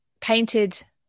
painted